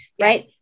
right